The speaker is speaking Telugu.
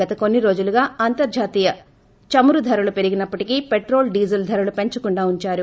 గత కొన్ని రోజులుగా అంతర్హాతీయ చమురు ధరలు పెరిగినప్పటికీ పెట్రోల్ డీజిల్ ధరలు పెంచకుండా ఉంచారు